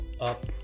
up